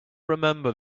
remember